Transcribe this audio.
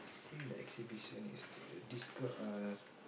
think the exhibition is the disco~ uh